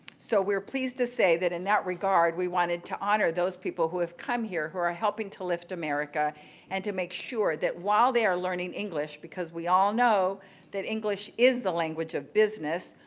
so we're pleased to say that in that regard, we wanted to honor those people who have come here who are helping to lift america and to make sure that while they are learning english because we all know that english is the language of business,